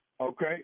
okay